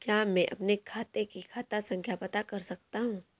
क्या मैं अपने खाते का खाता संख्या पता कर सकता हूँ?